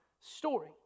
story